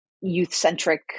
youth-centric